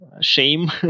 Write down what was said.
shame